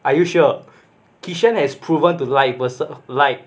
are you sure kishan has proven to like a person like